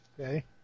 Okay